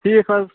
ٹھیٖک حظ